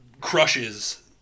crushes